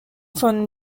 von